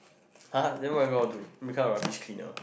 [huh] then where you go to meet kind of rubbish cleaner